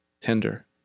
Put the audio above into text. tender